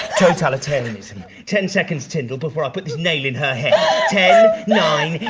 totalitarianism. ten seconds, tindall, before i put this nail in her head. ten, nine,